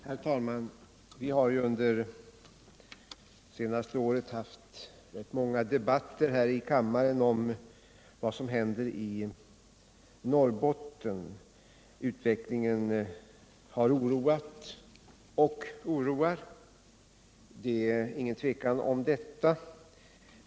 Herr talman! Vi har under förra året haft många debatter här i kammaren om vad som händer i Norrbotten. Utvecklingen har oroat och oroar — det är ingen tvekan om detta.